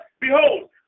Behold